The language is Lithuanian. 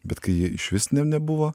bet kai ji išvis ne nebuvo